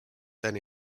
than